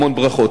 המון ברכה.